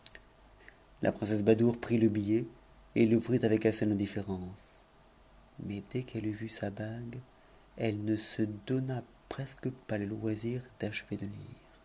la princesse badoure prit le billet et l'ouvrit avec assez d'indifférence mais dès qu'elle eut vu sa bague elle ne se donna presque pas le loisir achever de lire